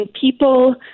people